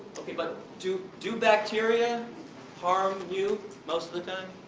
okay, but do do bacteria harm you most of the time?